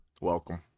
Welcome